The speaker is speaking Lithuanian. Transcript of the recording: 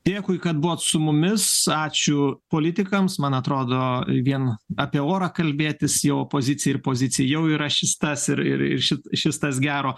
dėkui kad buvot su mumis ačiū politikams man atrodo vien apie orą kalbėtis jau opozicija ir pozicija jau yra šis tas ir ir ir šit šis tas gero